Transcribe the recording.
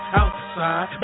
outside